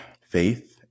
faith